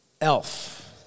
Elf